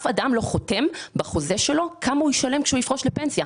אף אדם לא חותם בחוזה שלו כמה הוא ישלם כשהוא יפרוש לפנסיה.